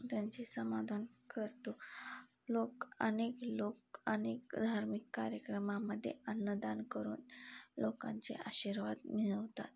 त्यांचे समाधान करतो लोक अनेक लोक अनेक धार्मिक कार्यक्रमामध्ये अन्नदान करून लोकांचे आशिर्वाद मिळवतात